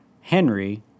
Henry